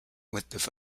with